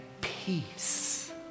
peace